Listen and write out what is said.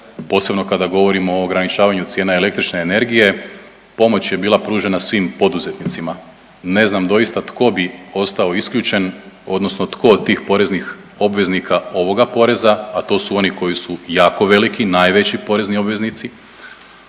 posebno kada govorimo o ograničavanju cijena električne energije pomoć je bila pružena svim poduzetnicima. Ne znam doista tko bi ostao isključen, odnosno tko od tih poreznih obveznika ovoga poreza, a to su oni koji su jako veliki, najveći porezni obveznici